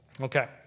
Okay